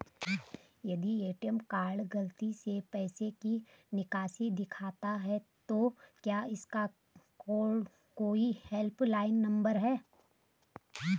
यदि ATM card गलती से पैसे की निकासी दिखाता है तो क्या इसका कोई हेल्प लाइन नम्बर है?